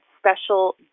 special